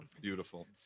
Beautiful